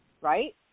right